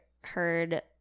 heard